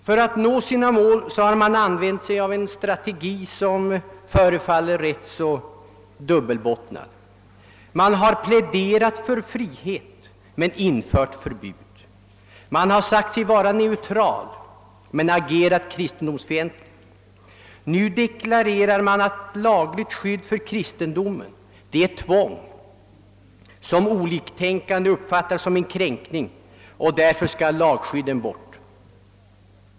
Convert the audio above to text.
För att nå sina mål har man använt en strategi som förefaller ganska dubbelbottnad: man har pläderat för frihet men inför förbud, man har sagt sig vara neutral men agerat kristendomsfientligt. Nu deklarerar man att lagligt skydd för kristendomen är ett tvång som oliktänkande uppfattar som en kränkning, och därför skall lagskyddet bort.